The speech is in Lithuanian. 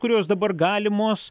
kurios dabar galimos